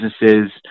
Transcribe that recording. businesses